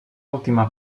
última